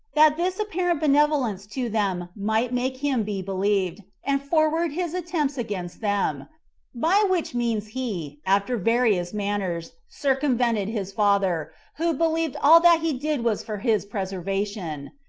that this apparent benevolence to them might make him be believed, and forward his attempts against them by which means he, after various manners, circumvented his father, who believed all that he did was for his preservation.